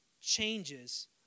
changes